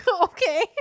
okay